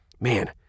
Man